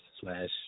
slash